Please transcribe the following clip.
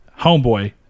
homeboy